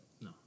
No